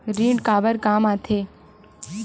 ऋण काबर कम आथे?